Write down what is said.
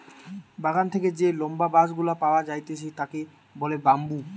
বাগান থেকে যে লম্বা বাঁশ গুলা পাওয়া যাইতেছে তাকে বলে বাম্বু